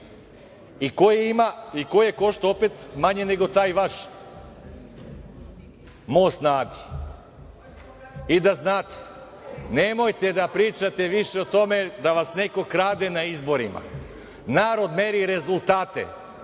i koji je koštao opet manje nego taj vaš Most na Adi.I da znate, nemojte da pričate više o tome da vas neko krade na izborima. Narod meri rezultate.